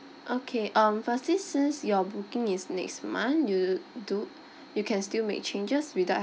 okay um firstly since your booking is next month you do you can still make changes without